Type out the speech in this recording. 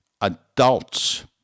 adults